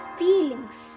feelings